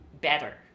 better